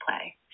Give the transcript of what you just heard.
play